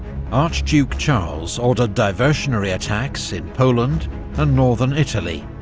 archduke charles ordered diversionary attacks in poland and northern italy,